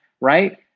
right